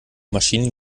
maschinen